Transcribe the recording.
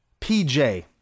PJ